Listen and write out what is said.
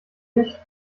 nicht